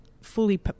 fully